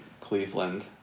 Cleveland